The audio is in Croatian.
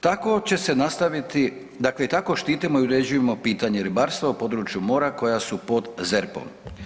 Tako će se nastaviti, dakle i tako štitimo i uređujemo pitanje ribarstva u području mora koja su pod ZERP-om.